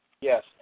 Yes